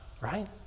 right